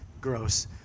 gross